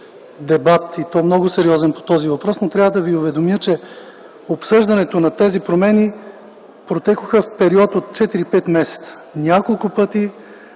дебат, и то много сериозен, по този въпрос. Трябва да Ви уведомя, че обсъждането на тези промени протекоха в период от 4-5 месеца. Няколко пъти